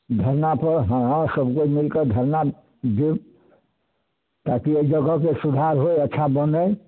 धरनापर हमरासब मिलकऽ धरना जे ताकि एहि जगहके सुधार होइ अच्छा बनै